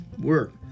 work